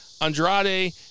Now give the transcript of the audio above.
Andrade